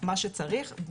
מה שצריך.